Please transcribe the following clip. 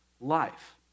life